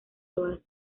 todas